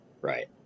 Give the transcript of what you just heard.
Right